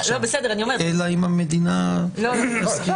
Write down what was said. וזה לא מעורר בעיה